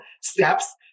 steps